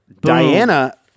Diana